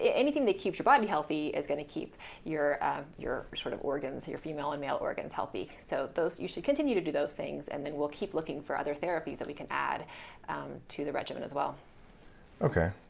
anything that keeps your body healthy is going to keep your your sort of organs, your female and male organs, healthy. so you should continue to do those things, and then we'll keep looking for other therapies that we can add um to the regimen as well okay.